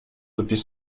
depuis